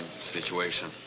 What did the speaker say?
situation